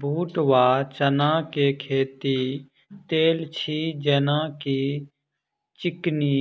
बूट वा चना केँ खेती, तेल छी जेना की चिकनी,